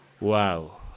Wow